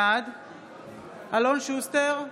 בעד אלון שוסטר,